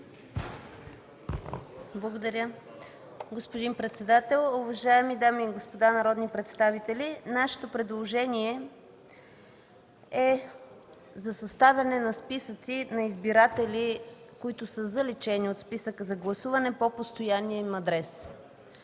Благодаря, господин председател. Уважаеми дами и господа народни представители, предложението ни е за съставяне на списъци на избиратели, които са заличени от списъка за гласуване по постоянния им адрес.